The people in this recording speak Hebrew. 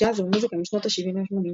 ג'אז ומוזיקה משנות ה-70 וה-80.